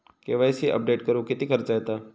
KYC update करुक किती खर्च येता?